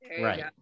Right